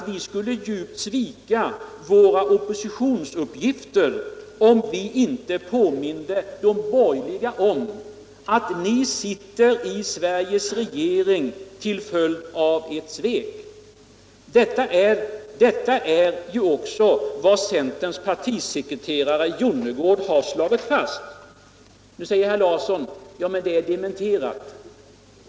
Vi skulle djupt svika våra oppositionsuppgifter om vi inte påminde de borgerliga om att de sitter i Sveriges regering till följd av ett svek. Detta är också vad centerns partisekreterare Jonnergård slagit fast. Nu säger herr Larsson i Staffanstorp att det är dementerat.